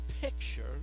picture